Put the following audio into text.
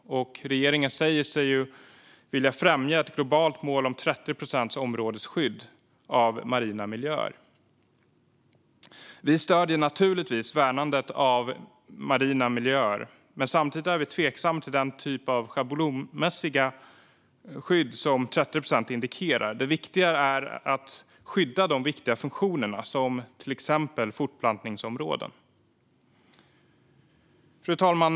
Regeringen säger sig vilja främja ett globalt mål om 30 procents områdesskydd av marina miljöer. Vi stöder naturligtvis värnandet av marina miljöer, men samtidigt är vi tveksamma till den typ av schablonmässigt skydd som 30 procent indikerar. Det viktiga är att skydda de viktiga funktionerna, till exempel fortplantningsområden. Fru talman!